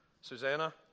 susanna